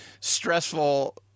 stressful